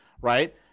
right